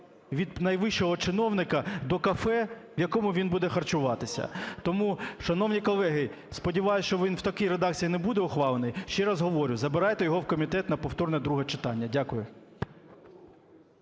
від найвищого чиновника до кафе, в якому він буде харчувати. Тому, шановні колеги, сподіваюся, що він в такій редакції не буде ухвалений. Ще раз говорю, забирайте його в комітет на повторне друге читання. Дякую.